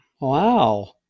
Wow